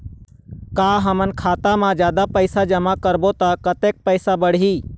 का हमन खाता मा जादा पैसा जमा करबो ता कतेक पैसा बढ़ही?